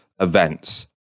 events